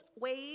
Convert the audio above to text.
ways